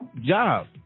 job